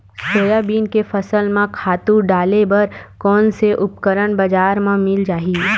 Soybean के फसल म खातु डाले बर कोन से उपकरण बजार म मिल जाहि?